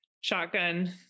Shotgun